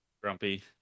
grumpy